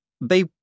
They—